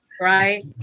right